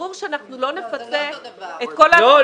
ברור שאנחנו לא נפצה את כל האוכלוסייה.